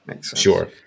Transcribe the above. Sure